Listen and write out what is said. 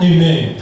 Amen